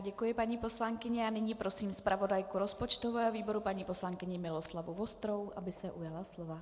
Děkuji, paní poslankyně, a nyní prosím zpravodajku rozpočtového výboru paní poslankyni Miroslavu Vostrou, aby se ujala slova.